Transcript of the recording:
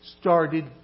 started